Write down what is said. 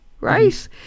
right